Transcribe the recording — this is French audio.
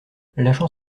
lâchant